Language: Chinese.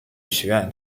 学院